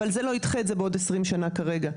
אבל זה לא ידחה את זה בעוד עשרים שנה כרגע.